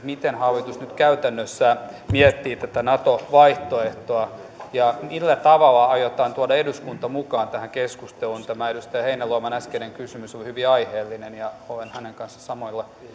miten hallitus nyt käytännössä miettii tätä nato vaihtoehtoa ja millä tavalla aiotaan tuoda eduskunta mukaan tähän keskusteluun tämä edustaja heinäluoman äskeinen kysymys oli hyvin aiheellinen ja olen hänen kanssaan samoilla